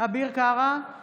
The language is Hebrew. אביר קארה,